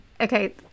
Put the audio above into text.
okay